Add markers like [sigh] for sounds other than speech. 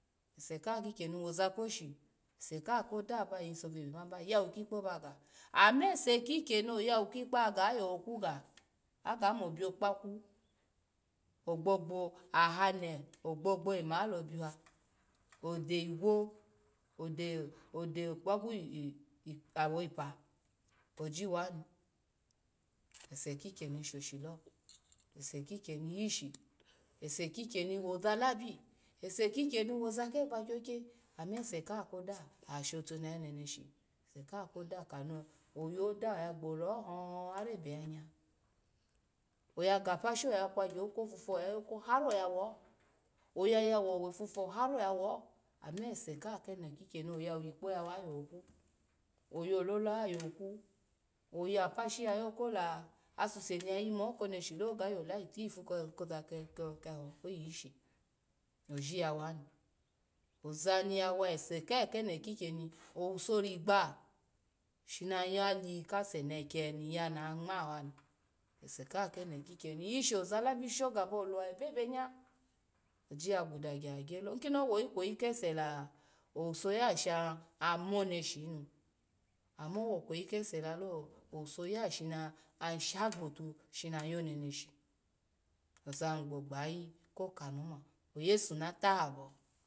Ase kaha kikyemi woza koshi ase kaha koda ba yiso veni ba yawa ikpa ba ga ama ase kikyeni owa kikpa ya ga ayo kuga, aga mo biokpaku ogbogbo ahane ogbo ema lo biwa ode igwo odode okpaku [hesitation] ah awe pa asiwa ni. Ase kikyeni shoshilo. ase kikyeni ishi, ase kikyeni wozalabi, ase kikyeni ase kikyeni woza kegba kyakya ame se kah koda ashotunehe neneshi ase kaha koda kono yoda ya gbola ho hon, har ebeyanye oya gapashi oya kwogya yoko fufu har oyawo, oyayawo owe fuufh har oyawo ama ase kaha keno kikyeni aya wo ikpa yawa ayoku, oyolele oyoku, oya pasha ya yoka la asuse ni ya yimu ko neshilo ga yola yi tfu kozo koza keho ko yi yishi ojiyawani ozani awa ese kaha keno ki kyeni owuso rigbaha, shi han yaki kase neke niya na ngma wani, ase kaha keno kikyeni ishi ozalabi shogaba olaha ebebenye oji ya guda gya inkono wo kweyi kesela owuso ya ha sha ah mo neshi nu, amo wo kweyi kese la lo wuso ya sha sha gbotu shina yo ne neshi ozani gbogbayayi ko ka noma oyesu natahabo.